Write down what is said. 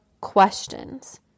questions